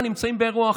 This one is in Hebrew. היה, נמצאים באירוע אחר.